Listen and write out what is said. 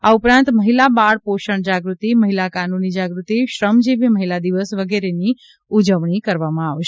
આ ઉપરાંત મહિલા બાળ પોષણ જાગૃતિ મહિલા કાનૂની જાગૃતિ શ્રમજીવી મહિલા દિવસ વગેરેની ઉજવણી કરાશે